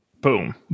boom